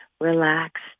Relax